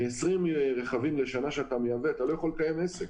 מ-20 רכבים לשנה שאתה מייבא אתה לא יכול לקיים עסק.